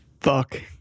Fuck